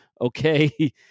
okay